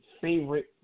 favorite